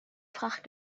fracht